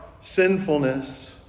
sinfulness